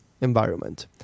environment